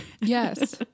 Yes